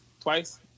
twice